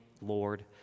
Lord